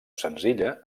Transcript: senzilla